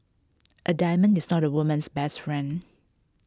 A diamond is not A woman's best friend